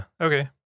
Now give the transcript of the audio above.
Okay